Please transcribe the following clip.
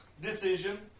decision